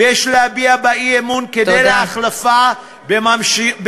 ויש להביע אי-אמון בה כדי להחליפה בממשלה